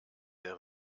der